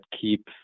keep